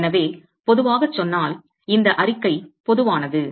எனவே பொதுவாகச் சொன்னால் இந்த அறிக்கை பொதுவானது